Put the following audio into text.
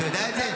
אתה יודע את זה?